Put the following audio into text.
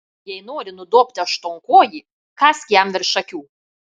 jei nori nudobti aštuonkojį kąsk jam virš akių